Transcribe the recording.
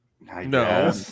No